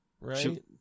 Right